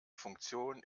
funktion